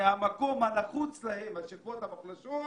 מהמקום הנחוץ להם, השכבות המוחלשות,